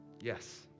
Yes